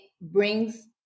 brings